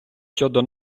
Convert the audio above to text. щодо